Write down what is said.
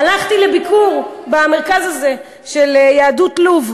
הלכתי לביקור במרכז הזה של יהדות לוב,